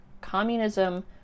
Communism